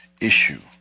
issue